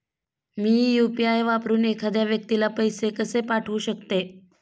मी UPI वापरून एखाद्या व्यक्तीला पैसे कसे पाठवू शकते?